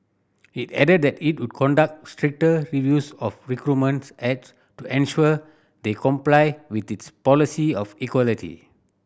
it added that it would conduct stricter reviews of recruitment ads to ensure they complied with its policy of equality